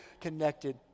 connected